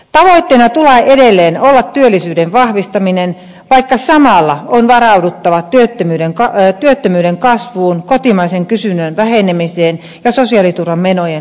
tavoitteena tulee edelleen olla työllisyyden vahvistaminen vaikka samalla on varauduttava työttömyyden kasvuun kotimaisen kysynnän vähenemiseen ja sosiaaliturvamenojen lisääntymiseen